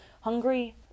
hungry